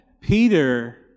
Peter